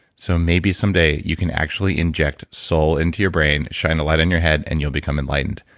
so maybe someday you can actually inject soul into your brain, shine the light in your head, and you'll become enlightened.